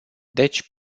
deci